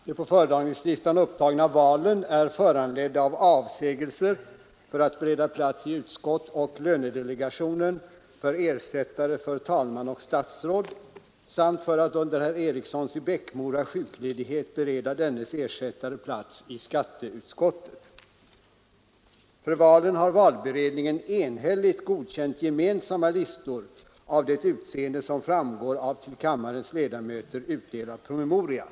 Herr talman! Det på föredragningslistan upptagna valet är föranlett av önskemålet om att under fru Laags sjukledighet bereda hennes ersättare plats i utbildningsutskottet. För valet har valberedningen enhälligt godkänt en gemensam lista av det utseende som framgår av till kammarens ledamöter utdelad promemoria.